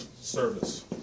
service